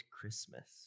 Christmas